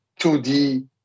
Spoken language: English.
2D